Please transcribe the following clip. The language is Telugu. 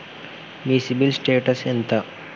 మీ సిబిల్ స్టేటస్ ఎంత?